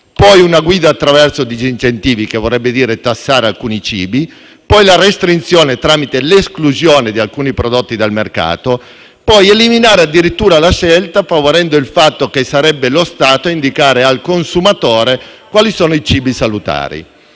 poi una guida attraverso disincentivi (che vorrebbe dire tassare alcuni cibi), poi la restrizione tramite l'esclusione di alcuni prodotti dal mercato e infine addirittura l'eliminazione della scelta, sulla base del fatto che sarebbe lo Stato a indicare al consumatore quali sono i cibi salutari.